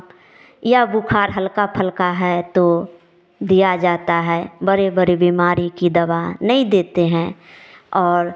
या बुखार हल्का फल्का है तो दिया जाता है बड़े बड़े बीमारी की दवा नहीं देते हैं और